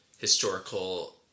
historical